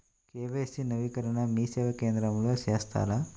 KYC నవీకరణని మీసేవా కేంద్రం లో చేస్తారా?